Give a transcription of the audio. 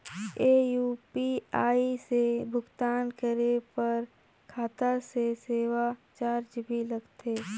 ये यू.पी.आई से भुगतान करे पर खाता से सेवा चार्ज भी लगथे?